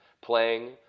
playing